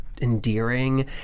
endearing